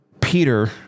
Peter